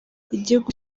igihugu